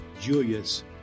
Julius